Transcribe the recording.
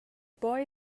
boy